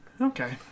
Okay